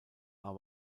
aber